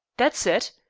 that's hit.